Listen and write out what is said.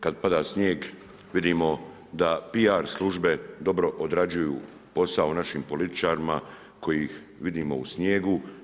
Kad pada snijeg vidimo da PR službe dobro odrađuju posao našim političarima koje vidimo u snijegu.